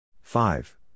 Five